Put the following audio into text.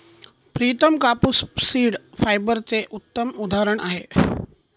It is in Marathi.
प्रितम कापूस सीड फायबरचे उत्तम उदाहरण आहे